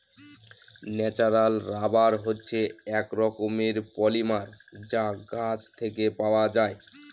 natural rubber হচ্ছে এক রকমের পলিমার যা গাছ থেকে পাওয়া যায়